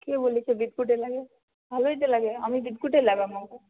কে বলেছে বিদঘুটে লাগে ভালোই তো লাগে আমি বিদঘুটে লাগে আমাকে